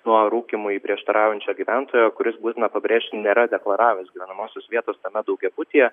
nuo rūkymui prieštaraujančio gyventojo kuris būtina pabrėžti nėra deklaravęs gyvenamosios vietos tame daugiabutyje